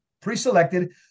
pre-selected